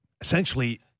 essentially